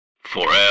forever